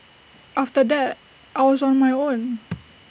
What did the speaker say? after that I was on my own